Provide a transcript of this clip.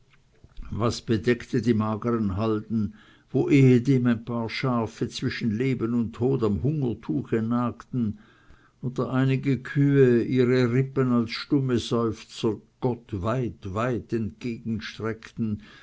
was bedeckte die mageren halden wo ehedem ein paar schafe zwischen leben und tod am hungertuche nagten oder einige kühe ihre rippen als stumme seufzer gott weit weit entgegenstreckten